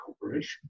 corporation